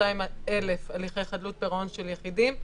כ-22,000 הליכי חדלות פירעון חדשים של יחידים.